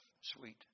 sweet